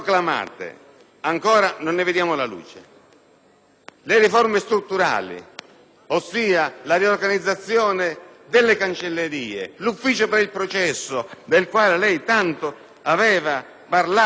alle riforme strutturali, ossia la riorganizzazione delle cancellerie, l'ufficio per il processo, del quale lei tanto aveva parlato facendo capire